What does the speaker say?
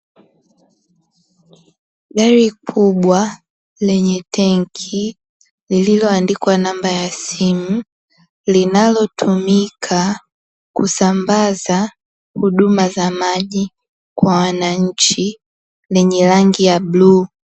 Gari kubwa lenye tenki, lililoandikwa namba ya simu linalotumika kusambaza huduma za maji kwa wananchi lenye rangi ya bluu.